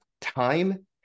time